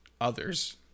others